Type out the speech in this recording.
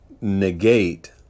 negate